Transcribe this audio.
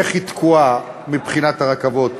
איך היא תקועה מבחינת הרכבות.